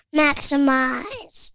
maximize